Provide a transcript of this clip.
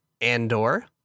Andor